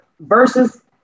versus